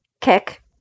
kick